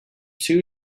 two